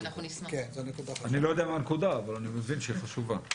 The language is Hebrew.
אני לא יודע מה הנקודה אבל אני מבין שהיא חשובה.